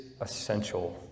essential